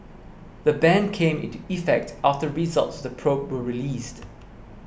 the ban came into effect after results of the probe were released